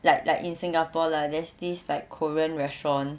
like like in singapore lah there's this like korean restaurant